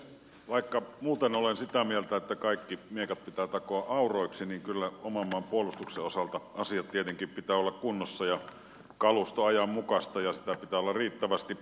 vaikka muuten olen sitä mieltä että kaikki miekat pitää takoa auroiksi niin kyllä oman maan puolustuksen osalta asioiden tietenkin pitää olla kunnossa ja kaluston ajanmukaista ja sitä pitää olla riittävästi